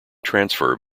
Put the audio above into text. transfer